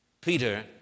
Peter